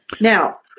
Now